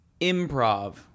Improv